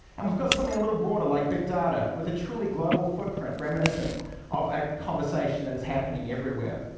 and we've got something a little broader like big data with a truly global footprint reminiscent of a conversation that is happening everywhere.